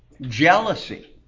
Jealousy